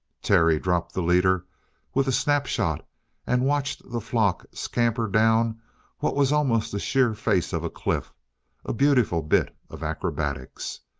terry dropped the leader with a snapshot and watched the flock scamper down what was almost the sheer face of a cliff a beautiful bit of acrobatics.